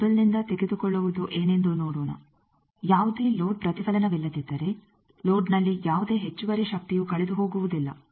ಟೇಬಲ್ನಿಂದ ತೆಗೆದುಕೊಳ್ಳುವುದು ಏನೆಂದು ನೋಡೋಣ ಯಾವುದೇ ಲೋಡ್ ಪ್ರತಿಫಲನವಿಲ್ಲದಿದ್ದರೆ ಲೋಡ್ನಲ್ಲಿ ಯಾವುದೇ ಹೆಚ್ಚುವರಿ ಶಕ್ತಿಯು ಕಳೆದುಹೋಗುವುದಿಲ್ಲ